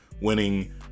winning